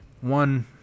one